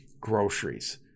groceries